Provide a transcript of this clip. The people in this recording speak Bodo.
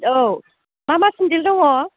औ मा मा सिन्देल दङ